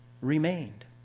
remained